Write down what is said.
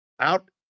Out